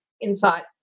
insights